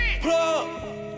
plug